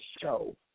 show